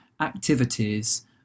activities